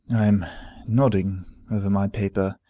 i am nodding over my paper,